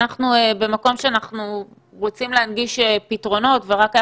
אנחנו במקום שאנחנו רוצים להנגיש פתרונות ורק היה